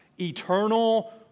eternal